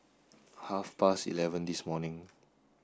half past eleven this morning